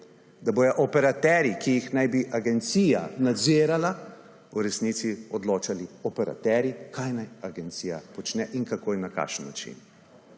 da bodo operaterji, ki jih naj bi agencija nadzirala v resnici odločali operaterji kaj naj agencija počne in kako in na kakšen način.